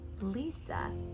Lisa